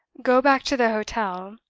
go back to the hotel,